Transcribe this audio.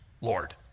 Lord